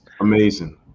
amazing